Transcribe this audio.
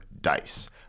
Dice